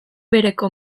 bereko